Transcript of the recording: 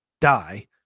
die